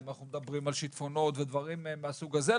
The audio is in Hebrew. אם אנחנו מדברים על שיטפונות ודברים מהסוג הזה.